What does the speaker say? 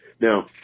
Now